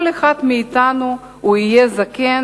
כל אחד מאתנו יהיה זקן